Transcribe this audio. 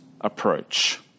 approach